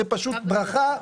זו ברכה.